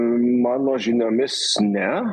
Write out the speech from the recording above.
mano žiniomis ne